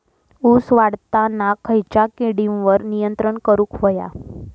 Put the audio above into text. ऊस वाढताना खयच्या किडींवर नियंत्रण करुक व्हया?